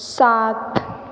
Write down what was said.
साथ